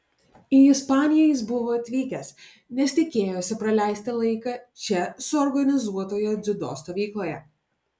į ispaniją jis buvo atvykęs nes tikėjosi praleisti laiką čia suorganizuotoje dziudo stovykloje